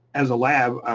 as a lab,